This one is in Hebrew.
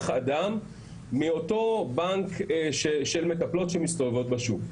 אדם מאותו בנק של מטפלות שמסתובבות בשוק.